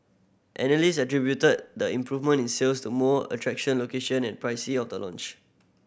analyst attributed the improvement in sales to more attraction location and pricing of the launch